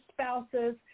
spouses